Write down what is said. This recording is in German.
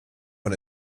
von